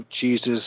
Jesus